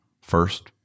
first